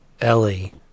Ellie